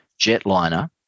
jetliner